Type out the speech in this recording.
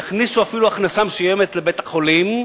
ואפילו יכניסו הכנסה מסוימת לבית-החולים,